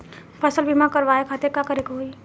फसल बीमा करवाए खातिर का करे के होई?